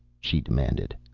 she demanded.